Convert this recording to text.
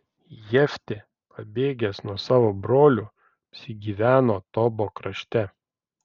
jeftė pabėgęs nuo savo brolių apsigyveno tobo krašte